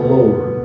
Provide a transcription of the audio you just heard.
Lord